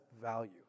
value